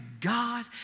God